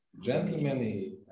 Gentlemen